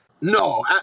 No